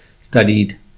studied